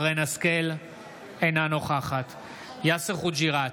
אינה נוכחת יאסר חוג'יראת,